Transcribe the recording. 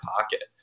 pocket